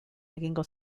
egingo